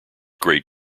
great